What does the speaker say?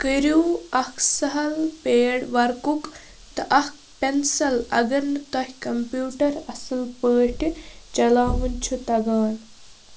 کٔرِو اَکھ سہل پیڈ وَرکُک تہٕ اَکھ پٮ۪نسَل اگر نہٕ تۄہہِ کمپیوٗٹَر اَصٕل پٲٹھہِ چلاوُن چھُ تَگان